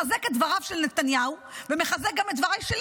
מחזק את דבריו של נתניהו ומחזק גם את דבריי שלי,